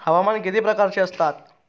हवामान किती प्रकारचे असतात?